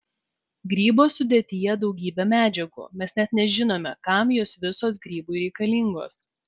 grybo sudėtyje daugybė medžiagų mes net nežinome kam jos visos grybui reikalingos